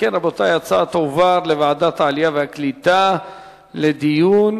ההצעה תועבר לוועדת העלייה והקליטה לדיון.